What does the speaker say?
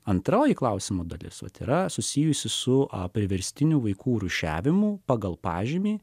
antroji klausimo dalis o tai yra susijusi su priverstiniu vaikų rūšiavimu pagal pažymį